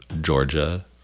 Georgia